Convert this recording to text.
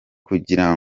kugira